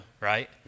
right